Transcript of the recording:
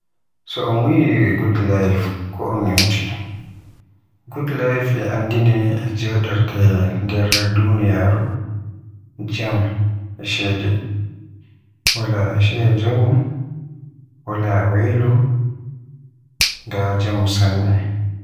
So un wiye good life ko un nyumti. Good life e andine e jadorde nder duniyaaru e jaamu e ceede. Wala ciya jaamu, wala welo nda jaamu. sanne.